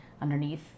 underneath